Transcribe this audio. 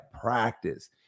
practice